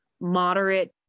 moderate